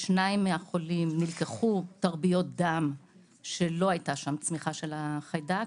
בשניים מהחולים נלקחו תרביות דם שלא הייתה שם צמיחה של החיידק.